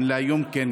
אבל אי-אפשר,